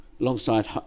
alongside